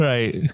Right